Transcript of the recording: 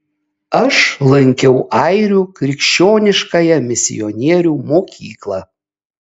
aš lankiau airių krikščioniškąją misionierių mokyklą